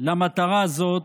למטרה זו,